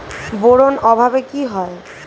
Boron অভাবে কি হয়?